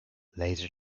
laser